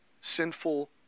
sinful